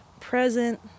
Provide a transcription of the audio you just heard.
present